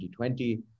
2020